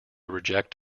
reject